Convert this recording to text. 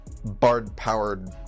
Bard-powered